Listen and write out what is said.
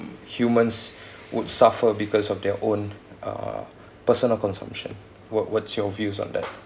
mm humans would suffer because of their own uh personal consumption what what's your views on that